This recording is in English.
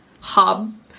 hub